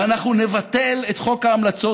ואנחנו נבטל את חוק ההמלצות,